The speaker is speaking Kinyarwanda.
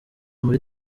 muri